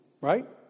right